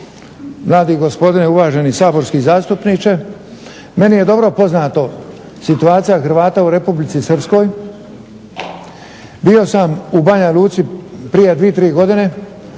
mladi gospodine uvaženi saborski zastupniče, meni je dobro poznato situacija Hrvata u Republici Srpskoj, bio sam u Banja Luci prije dvije,